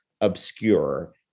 obscure